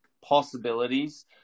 possibilities